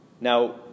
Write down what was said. Now